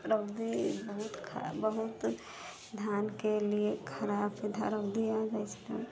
रौदी बहुत खराब बहुत धानके लिए खराब हइ रौदी हो जाइ छै तऽ